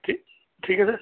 ਠੀ ਠੀਕ ਹੈ ਸਰ